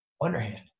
underhand